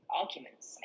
arguments